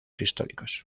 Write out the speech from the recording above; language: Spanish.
históricos